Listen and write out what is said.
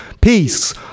peace